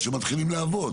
כשמתחילים לעבוד.